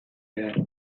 behar